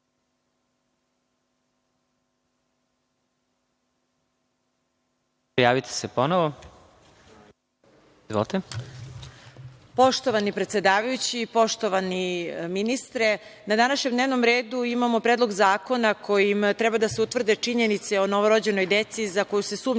**Marija Jevđić** Poštovani predsedavajući, poštovani ministre, na današnjem dnevnom redu imamo Predlog zakona kojim treba da se utvrde činjenice o novorođenoj deci za koju se sumnja